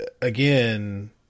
again